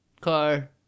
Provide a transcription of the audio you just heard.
car